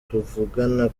tuvugana